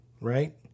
right